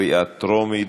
קריאה טרומית.